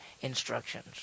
instructions